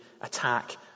attack